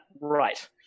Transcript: right